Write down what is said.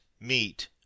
meet